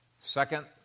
Second